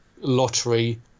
lottery